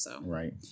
Right